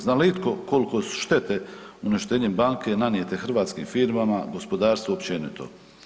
Zna li itko koliko su štete uništenjem banke nanijete hrvatskim firmama, gospodarstvu općenito?